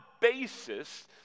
basis